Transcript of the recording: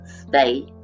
stay